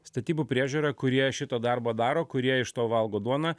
statybų priežiūra kurie šitą darbą daro kurie iš to valgo duoną